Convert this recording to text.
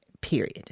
Period